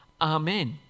Amen